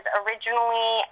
originally